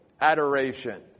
adoration